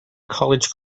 college